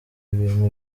ibintu